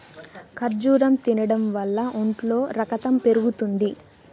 ఖర్జూరం తినడం వల్ల ఒంట్లో రకతం పెరుగుతుంది